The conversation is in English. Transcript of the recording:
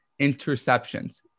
interceptions